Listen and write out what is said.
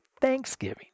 Thanksgiving